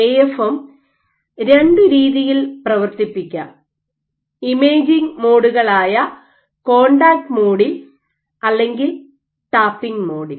AFM രണ്ടു രീതിയിൽ പ്രവർത്തിപ്പിക്കാം ഇമേജിംഗ് മോഡുകളായ കോൺടാക്റ്റ് മോഡിൽ അല്ലെങ്കിൽ ടാപ്പിംഗ് മോഡിൽ